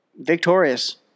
victorious